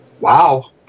wow